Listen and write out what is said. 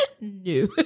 No